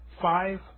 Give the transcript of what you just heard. Five